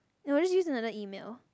you know just use another email